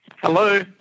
Hello